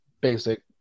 basic